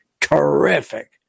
terrific